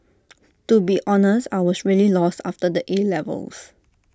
to be honest I was really lost after the A levels